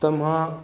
त मां